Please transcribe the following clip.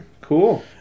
cool